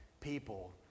people